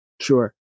Sure